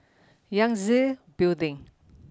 Yangtze Building